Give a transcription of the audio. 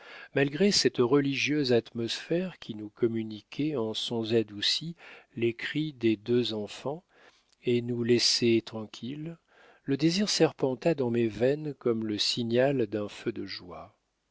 malgré cette religieuse atmosphère qui nous communiquait en sons adoucis les cris des deux enfants et nous laissait tranquilles le désir serpenta dans mes veines comme le signal d'un feu de joie